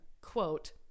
Quote